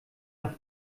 nach